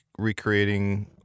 recreating